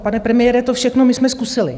Pane premiére, to všechno my jsme zkusili.